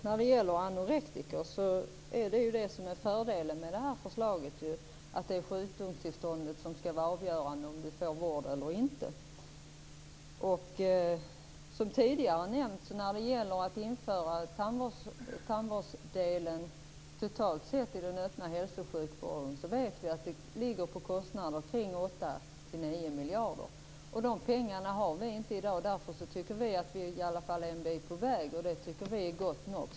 Herr talman! Fördelen med detta förslag är att det är sjukdomstillståndet som är avgörande för om man får vård eller inte. Det gäller även anorektiker. Vi vet att det kostar mellan 8 och 9 miljarder att föra in tandvårdsdelen i den öppna hälso och sjukvården, som tidigare har nämnts. De pengarna har vi inte i dag. Vi är i alla fall en bit på väg, och det tycker vi är gott nog.